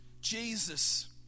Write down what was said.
Jesus